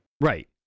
Right